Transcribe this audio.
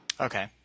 Okay